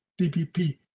DPP